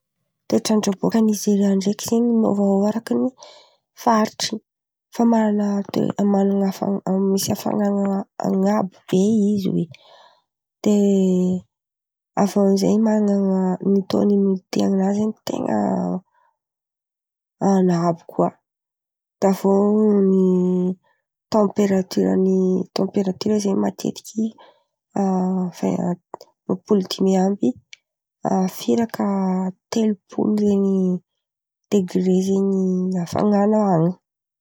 Toetrandra bôka a Nizerià ndraiky zen̈y miôvaôva araka ny faritry. Fa manana toe- manana hafan- misy hafanana an̈abo be izy hoe. De avy eo amy zay manana ny taon’ny etenazy zen̈y ten̈a an̈abo koa. De aviô ny tamperatioran’ny tamperatiora zen̈y matetiky a vera roapolo dimy amby a firaka telopolo zen̈y degre zen̈y hafanana an̈y.